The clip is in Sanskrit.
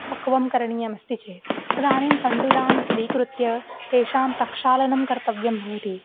पक्वं करणीयमस्ति चेत् तदानीं तण्डुलानि स्वीकृत्य तेषां प्रक्षालनं कर्तव्यं भवति